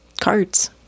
Cards